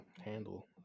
handle